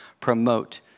promote